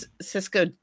Cisco